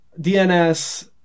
DNS